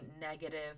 negative